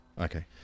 Okay